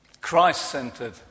Christ-centered